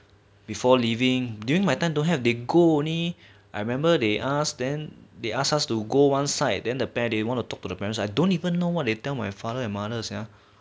before leaving during my time don't have they go only I remember they ask then they ask us to go one side they par~ then they want to talk to the parents I don't even know what they tell my father and mother sia